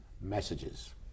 messages